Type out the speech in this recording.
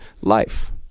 life